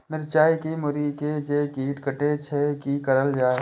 मिरचाय के मुरी के जे कीट कटे छे की करल जाय?